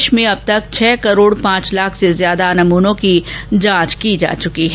देश में अब तक छह करोड़ पांच लाख से अधिक नमूनों की जांच की जा चुकी है